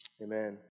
Amen